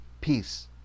peace